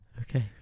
Okay